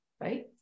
right